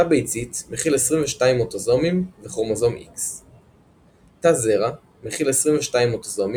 תא ביצית מכיל 22 אוטוזומים וכרומוזום X. תא זרע מכיל 22 אוטוזומים